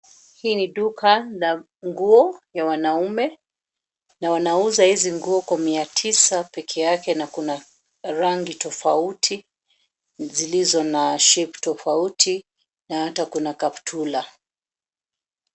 Hii ni duka la nguo ya wanaume na wanuza hizi nguo kwa mia tisa pekee yake na kuna rangi tofauti zilizo na shape tofauti na ata kuna kaptura.